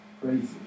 crazy